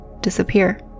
disappear